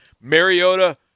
Mariota